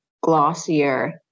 glossier